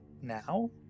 now